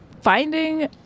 finding